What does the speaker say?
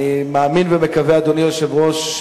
אדוני היושב-ראש,